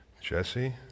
Jesse